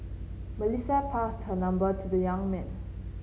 Melissa passed her number to the young man